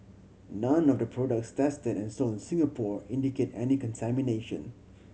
none of the products tested and sold Singapore indicate any contamination